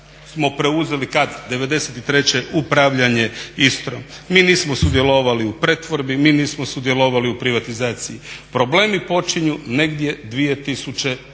i treće upravljanje Istrom. Mi nismo sudjelovali u pretvorbi, mi nismo sudjelovali u privatizaciji. Problemi počinju negdje 2001.